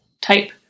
type